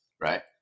right